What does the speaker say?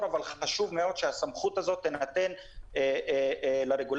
אבל חשוב מאוד שהסמכות הזאת תינתן לרגולטורים.